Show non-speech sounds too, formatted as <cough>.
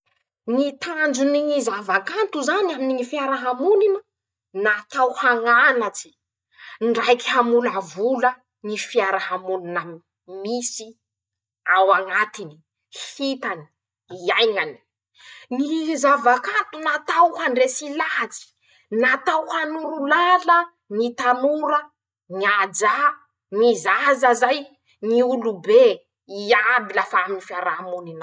Ñy tanjony ñy zava-kanto zany aminy ñy fiarahamonina: - Natao hañanatse, ndraiky hamolavola ñy fiaramonina mm misy ao añatiny, hitany, iaiñany, ñy zava-kanto natao handresy lahatsy, natao hanoro lala <shushes> ñy tanora, ñ'aja, ñy zaza zay, ñy olobe, iaby lafa amy fiarahamonina ao.